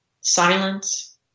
silence